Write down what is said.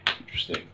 Interesting